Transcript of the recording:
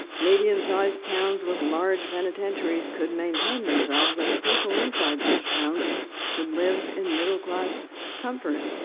medium-sized towns with large penitentiaries could maintain themselves, and the people inside such towns could live in middle-class comfort.